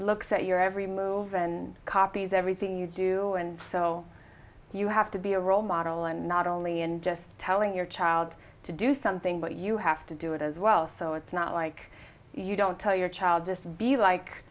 looks at your every move and copies everything you do and so you have to be a role model and not only in just telling your child to do something but you have to do it as well so it's not like you don't tell your child just be like